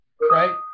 right